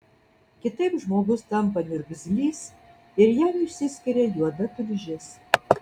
kitaip žmogus tampa niurgzlys ir jam išsiskiria juoda tulžis